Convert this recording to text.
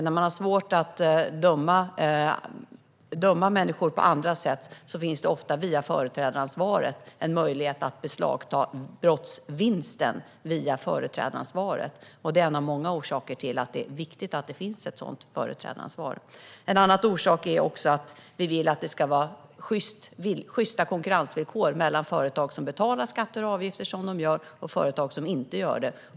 När man har svårt att döma människor på andra sätt finns det ofta via företrädaransvaret en möjlighet att beslagta brottsvinsten. Det är en av många orsaker till att det är viktigt att det finns ett sådant företrädaransvar. En annan orsak är att vi vill att det ska vara sjysta konkurrensvillkor mellan företag som betalar skatter och avgifter och företag som inte gör det.